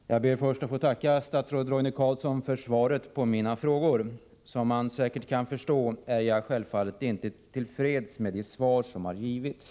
Herr talman! Jag ber först att få tacka statsrådet Roine Carlsson för svaret på mina frågor. Som statsrådet säkert kan förstå är jag självfallet inte till freds med de besked som har lämnats.